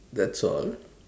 that's all